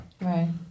Right